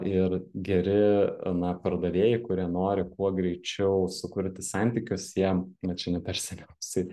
ir geri na pardavėjai kurie nori kuo greičiau sukurti santykius jie va čia ne per seniausiai